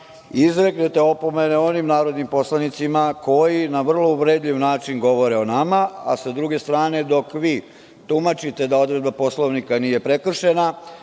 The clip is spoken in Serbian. izreknete opomene onim narodnim poslanicima koji na vrlo uvredljiv način govore o nama, a sa druge strane, dok vi tumačite da odredba Poslovnika nije prekršena,